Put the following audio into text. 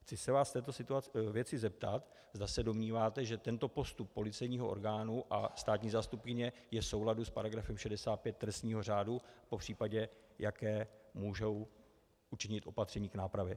Chci se vás v této věci zeptat, zda se domníváte, že tento postup policejního orgánu a státní zástupkyně je v souladu s § 65 trestního řádu, popřípadě jaké můžou učinit opatření k nápravě.